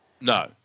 No